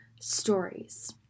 stories